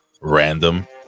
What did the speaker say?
Random